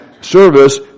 service